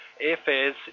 airfares